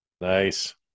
Nice